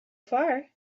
far